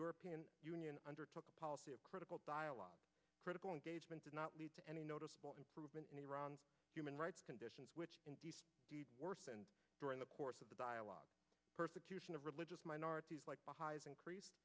european union undertook a policy of critical dialogue critical engagement does not lead to any noticeable improvement in iran human rights conditions which worsen during the course of the dialogue persecution of religious minorities like bahais increase